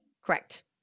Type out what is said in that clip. Correct